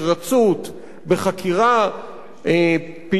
בחקירה פעילה ואקטיבית.